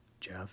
Jeff